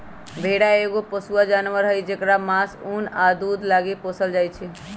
भेड़ा एगो पोसुआ जानवर हई जेकरा मास, उन आ दूध लागी पोसल जाइ छै